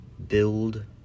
Build